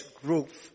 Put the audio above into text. growth